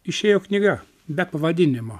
išėjo knyga be pavadinimo